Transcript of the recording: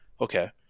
okay